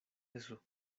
eso